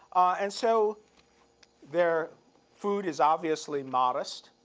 and so their food is obviously modest.